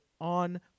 on